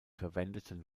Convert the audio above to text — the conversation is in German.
verwendeten